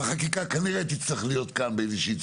והחקיקה כנראה תצטרך להיות כאן באיזושהי,